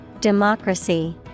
Democracy